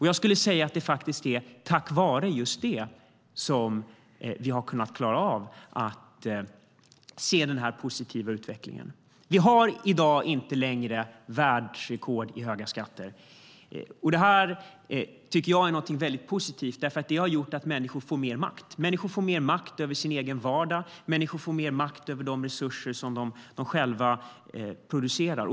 Jag skulle vilja säga att det faktiskt är tack vare just det som vi har kunnat klara av att se denna positiva utveckling. Vi har i dag inte längre världsrekord i höga skatter. Detta tycker jag är någonting mycket positivt eftersom det har gjort att människor får mer makt över sin egen vardag och över de resurser som de själva producerar.